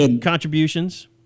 contributions